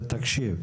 תקשיב,